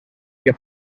que